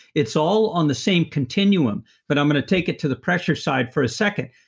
it's all on the same continuum but i'm going to take it to the pressure side for a second.